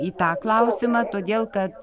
į tą klausimą todėl kad